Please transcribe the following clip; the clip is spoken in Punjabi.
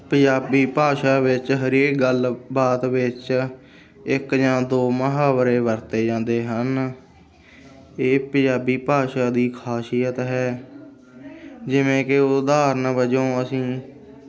ਪੰਜਾਬੀ ਭਾਸ਼ਾ ਵਿੱਚ ਹਰੇਕ ਗੱਲ ਬਾਤ ਵਿੱਚ ਇੱਕ ਜਾਂ ਦੋ ਮੁਹਾਵਰੇ ਵਰਤੇ ਜਾਂਦੇ ਹਨ ਇਹ ਪੰਜਾਬੀ ਭਾਸ਼ਾ ਦੀ ਖ਼ਾਸੀਅਤ ਹੈ ਜਿਵੇਂ ਕਿ ਉਦਾਹਰਨ ਵਜੋਂ ਅਸੀਂ